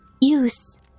use